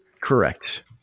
correct